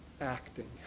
acting